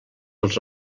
als